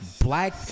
black